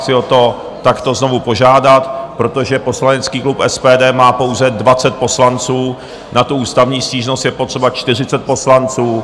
Chci vás o to takto znovu požádat, protože poslanecký klub SPD má pouze 20 poslanců, na tu ústavní stížnost je potřeba 40 poslanců.